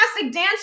dancer